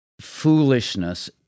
foolishness